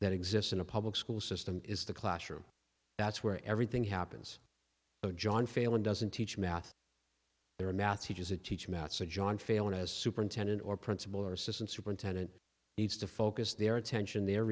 that exists in a public school system is the classroom that's where everything happens john failing doesn't teach math there are math teachers that teach math so john failing a superintendent or principal or assistant superintendent needs to focus their attention their